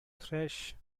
thresh